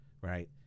right